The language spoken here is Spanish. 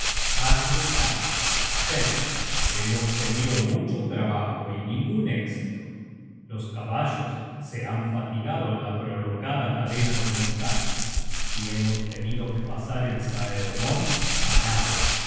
atle canta hemos tenido mucho trabajo y ningun éxito los caballos se han fatigado en la prolongada cadena de montañas y hemos tenido que pasar el saemorn á nado